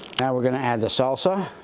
now we're gonna add the salsa.